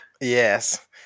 Yes